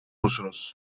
musunuz